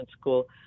school